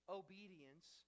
obedience